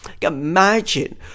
imagine